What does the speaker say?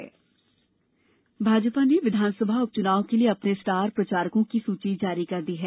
BJP star प्रचारक भाजपा ने विधानसभा उपचुनाव के लिए अपने स्टार प्रचारकों की सुची जारी कर दी है